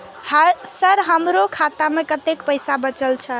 Sir हमरो खाता में कतेक पैसा बचल छे?